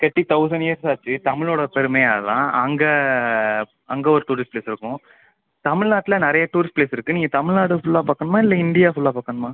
கட்டி thousand years ஆச்சு தமிழோடய பெருமையே அதான் அங்கே அங்கே ஒரு டூரிஸ்ட் பிளேஸ் இருக்கும் தமிழ்நாட்டில் நிறைய டூரிஸ்ட் பிளேஸ் இருக்குது நீங்கள் தமிழ்நாடு ஃபுல்லாக பார்க்கணுமா இல்லை இந்தியா ஃபுல்லாக பார்க்கணுமா